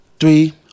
Three